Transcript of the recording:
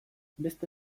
beste